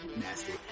nasty